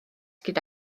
gyda